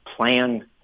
plan